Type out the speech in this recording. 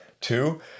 two